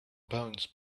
bones